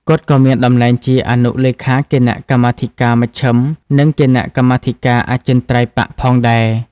គាត់ក៏មានតំណែងជា អនុលេខាគណៈកម្មាធិការមជ្ឈិម និងគណៈកម្មាធិការអចិន្ត្រៃយ៍បក្ស ផងដែរ ។